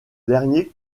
dernier